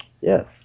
Yes